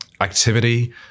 activity